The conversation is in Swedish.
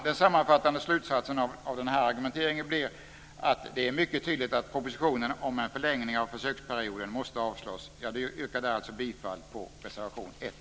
Den sammanfattande slutsatsen av den här argumenteringen blir att det är mycket tydligt att propositionen om en förlängning av försöksperioden måste avslås. Jag yrkar alltså bifall till reservation 1.